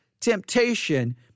temptation